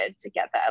together